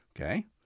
okay